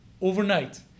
overnight